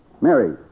Mary